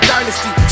Dynasty